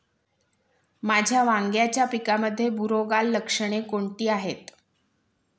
माझ्या वांग्याच्या पिकामध्ये बुरोगाल लक्षणे कोणती आहेत?